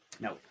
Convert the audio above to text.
No